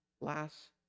last